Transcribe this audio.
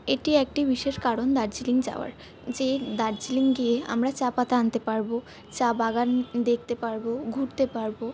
এটি একটি বিশেষ কারণ দার্জিলিং যাওয়ার যে দার্জিলিং গিয়ে আমরা চা পাতা আনতে পারবো চা বাগান দেখতে পারবো ঘুরতে পারবো